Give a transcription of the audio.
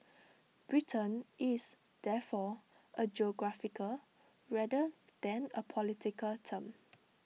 Britain is therefore A geographical rather than A political term